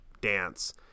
dance